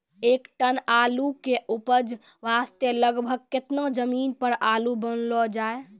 एक टन आलू के उपज वास्ते लगभग केतना जमीन पर आलू बुनलो जाय?